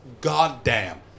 Goddamn